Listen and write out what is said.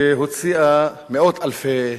שהוציאה מאות אלפי אזרחים,